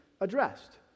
addressed